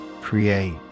create